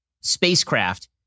spacecraft